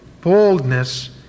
boldness